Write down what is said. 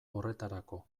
horretarako